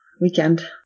weekend